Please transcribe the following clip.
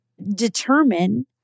determine